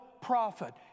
prophet